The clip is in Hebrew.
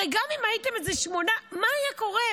הרי גם אם הייתם איזה שמונה, מה היה קורה?